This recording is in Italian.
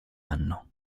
anno